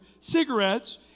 cigarettes